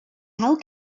how